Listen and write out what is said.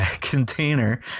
container